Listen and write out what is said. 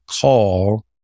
call